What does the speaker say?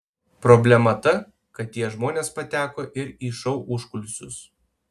problema ta kad tie žmonės pateko ir į šou užkulisius